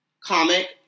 comic